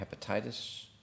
hepatitis